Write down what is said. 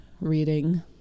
reading